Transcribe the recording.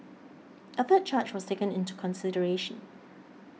a third charge was taken into consideration